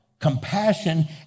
Compassion